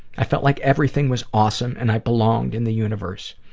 i felt like everything was awesome and i belonged in the universe.